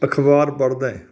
ਅਖਬਾਰ ਪੜ੍ਹਦਾ